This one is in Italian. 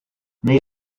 nei